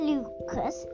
Lucas